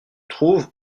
trouve